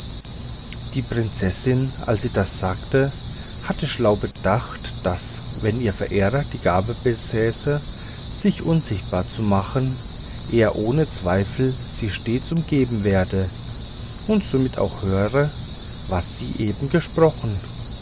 die prinzessin als sie das sagte hatte schlau bedacht daß wenn ihr verehrer die gabe besäße sich unsichtbar zu machen er ohne zweifel sie stets umgeben werde und somit auch höre was sie eben gesprochen